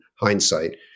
hindsight